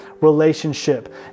relationship